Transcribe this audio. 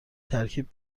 ترکیب